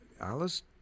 Alice